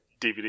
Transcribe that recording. DVD